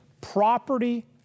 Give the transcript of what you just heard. property